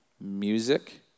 music